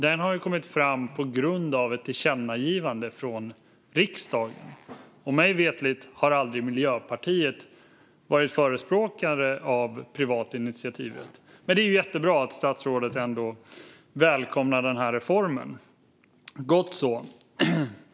Den har kommit fram på grund av ett tillkännagivande från riksdagen, och mig veterligt har aldrig Miljöpartiet varit förespråkare för privat initiativrätt. Men det är jättebra att statsrådet ändå välkomnar reformen - gott så.